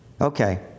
okay